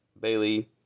Bailey